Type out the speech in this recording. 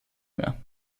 mehr